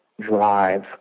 drive